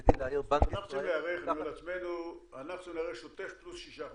אנחנו צריכים להיערך שוטף פלוס שישה חודשים.